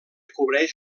cobreix